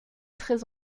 très